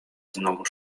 znowu